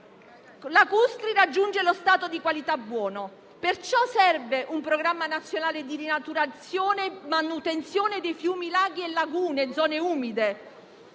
lacustri raggiunge lo stato di qualità buono. Perciò serve un programma nazionale di rinaturazione e manutenzione di fiumi, laghi, lagune e zone umide.